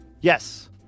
Yes